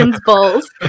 balls